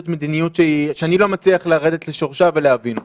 זו מדיניות שאני לא מצליח לרדת לשורשיה ולהבין אותה.